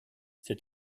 c’est